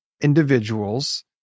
individuals